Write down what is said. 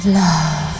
love